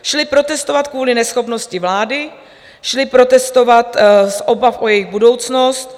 Šli protestovat kvůli neschopnosti vlády, šli protestovat z obav o jejich budoucnost.